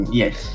yes